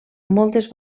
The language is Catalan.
moltes